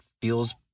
feels